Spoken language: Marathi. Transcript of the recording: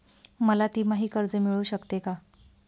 मला तिमाही कर्ज मिळू शकते का?